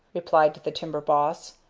replied the timber boss.